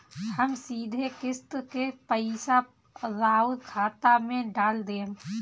हम सीधे किस्त के पइसा राउर खाता में डाल देम?